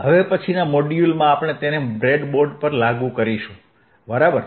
હવે પછીના મોડ્યુલમાં આપણે તેને બ્રેડબોર્ડ પર લાગુ કરીશું બરાબર